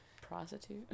prostitute